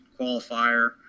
qualifier